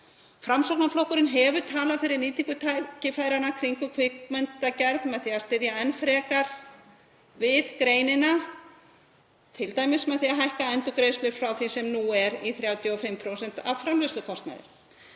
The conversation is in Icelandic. Framsóknarflokkurinn hefur talað fyrir nýtingu tækifæra kringum kvikmyndagerð með því að styðja enn frekar við greinina, t.d. með því að hækka endurgreiðslur frá því sem nú er í 35% af framleiðslukostnaði.